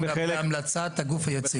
בהמלצת הגוף היציג.